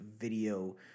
video